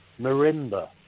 Marimba